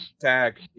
Tag